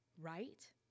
right